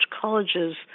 colleges